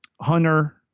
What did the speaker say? Hunter